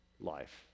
life